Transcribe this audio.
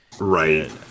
Right